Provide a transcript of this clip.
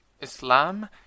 Islam